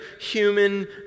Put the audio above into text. human